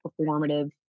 performative